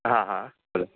हां हां बोला